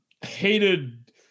hated